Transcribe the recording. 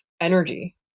energy